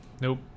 Nope